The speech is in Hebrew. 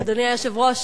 אדוני היושב-ראש,